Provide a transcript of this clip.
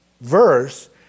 verse